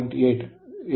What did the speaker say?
8 power factor ಗಿದೆ